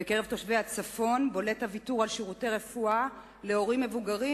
בקרב תושבי הצפון בולט הוויתור על שירותי רפואה להורים מבוגרים,